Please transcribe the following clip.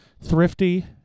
Thrifty